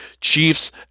Chiefs